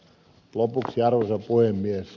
lopuksi arvoisa puhemies